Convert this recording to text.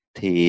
Thì